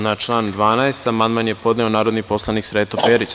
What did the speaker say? Na član 12. amandman je podneo narodni poslanik Sreto Perić.